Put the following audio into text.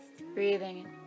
Breathing